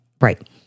Right